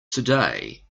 today